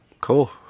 Cool